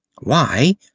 Why